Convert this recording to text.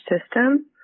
system